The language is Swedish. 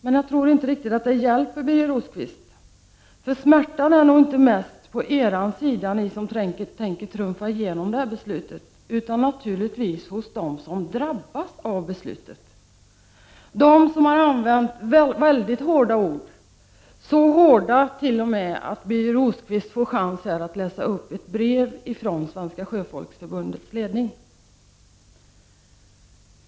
Men jag tror inte riktigt att det hjälper, Birger Rosqvist, för smärtan är nog inte störst på er sida, hos er som tänker trumfa igenom det här beslutet, utan naturligtvis hos dem som drabbas av beslutet. De har använt mycket hårda ord, så hårda t.o.m. att Birger Rosqvist får chansen att läsa upp ett brev från Svenska sjöfolksförbundets ledning.